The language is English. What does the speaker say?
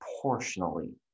proportionally